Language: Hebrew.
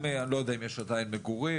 אני לא יודע אם זה קיים במקומות מגורים,